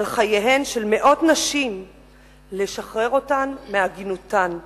לחייהן של מאות נשים ולשחרר אותן מעגינותן,